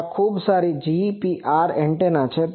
અને આ ખૂબ જ સારી GPR એન્ટેના છે